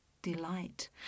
Delight